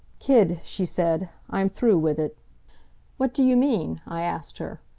kid, she said, i'm through with it what do you mean i asked her.